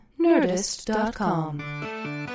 nerdist.com